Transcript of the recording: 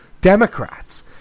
Democrats